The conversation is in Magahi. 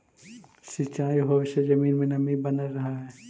सिंचाई होवे से जमीन में नमी बनल रहऽ हइ